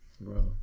bro